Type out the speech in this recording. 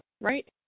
right